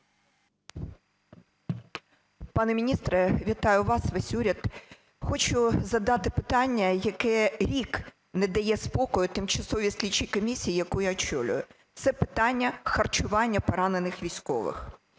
Пане міністре, вітаю вас, весь уряд! Хочу задати питання, яке рік не дає спокою тимчасовій слідчій комісії, яку я очолюю, це питання харчування поранених військових.